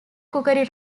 cookery